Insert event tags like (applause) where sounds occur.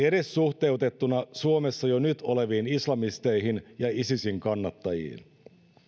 (unintelligible) edes suhteutettuna suomessa jo nyt oleviin islamisteihin ja isisin kannattajiin